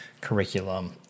curriculum